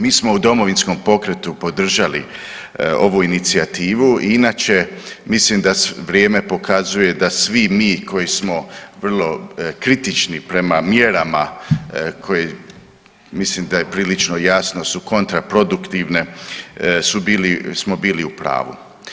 Mi smo u Domovinskom pokretu podržali ovu inicijativu, inače mislim da vrijeme pokazuje da svi mi koji smo vrlo kritični prema mjerama koje mislim da je prilično jasno, su kontraproduktivne su bili, smo bili u pravu.